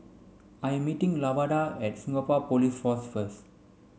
I am meeting Lavada at Singapore Police Force first